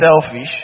selfish